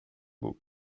beau